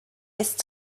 ist